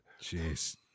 Jeez